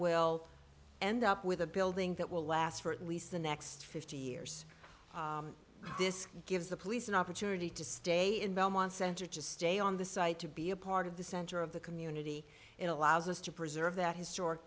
will end up with a building that will last for at least the next fifty years this gives the police an opportunity to stay in belmont center to stay on the site to be a part of the center of the community it allows us to preserve that historic